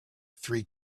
three